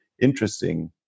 interesting